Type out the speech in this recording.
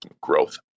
growth